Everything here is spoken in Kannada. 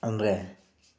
ಅಂದರೆ